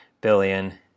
billion